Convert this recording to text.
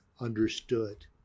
understood